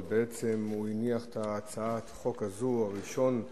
אבל בעצם הציע את הצעת החוק הזאת ראשון,